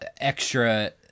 extra